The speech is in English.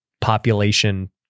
population